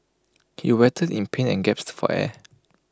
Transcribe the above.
he writhed in pain and gaps for air